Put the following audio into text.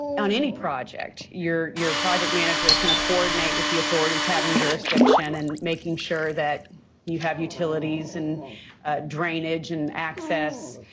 on any project, your your project manager is going to coordinate with the authorities having jurisdiction and making sure that you have utilities and drainage and access.